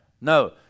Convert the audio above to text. No